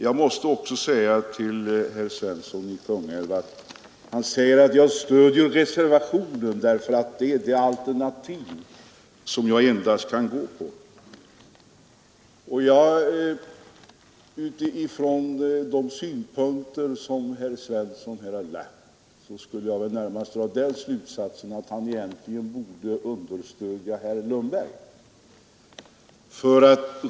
Herr Svensson i Kungälv säger att jag stöder reservationen därför att det är det enda alternativ jag kan gå på. Utifrån de synpunkter som herr Svensson här framfört skulle jag väl närmast dra den slutsatsen att han borde stödja herr Lundberg.